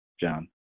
John